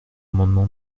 amendement